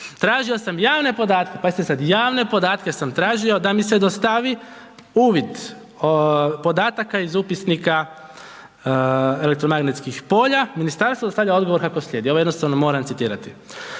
tražio sam javne podatke, pazite sad, javne podatke sam tražio da mi se dostavi uvid podataka iz Upisnika elektromagnetskog polja, ministarstvo dostavlja odgovor kako slijedi, ovo jednostavno moram citirati.